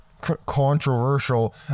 controversial